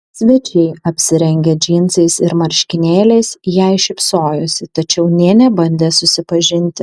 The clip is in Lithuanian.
svečiai apsirengę džinsais ir marškinėliais jai šypsojosi tačiau nė nebandė susipažinti